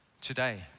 today